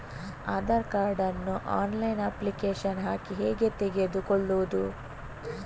Aadhaar card ನ್ನು online application ಹಾಕಿ ಹೇಗೆ ತೆಗೆದುಕೊಳ್ಳುವುದು?